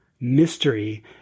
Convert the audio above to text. mystery